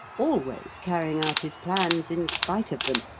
always carrying out his plans in spite of them,